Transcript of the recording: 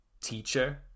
teacher